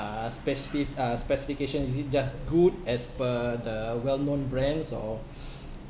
uh specific~ uh specification is it just good as per the well known brands or